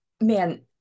man